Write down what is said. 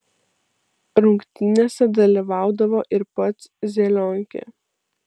rungtynėse dalyvaudavo ir pats zelionkė